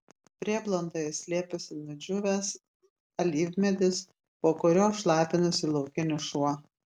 prieblandoje slėpėsi nudžiūvęs alyvmedis po kuriuo šlapinosi laukinis šuo